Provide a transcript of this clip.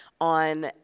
on